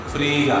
Free